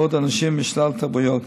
ועוד אנשים משלל תרבויות.